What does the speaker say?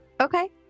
okay